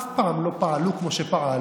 אף פעם לא פעלו כמו שפעלתי,